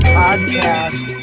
podcast